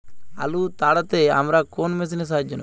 আলু তাড়তে আমরা কোন মেশিনের সাহায্য নেব?